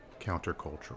countercultural